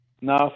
No